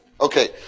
Okay